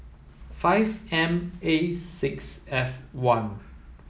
five M A six F one